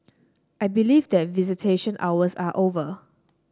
I believe that visitation hours are over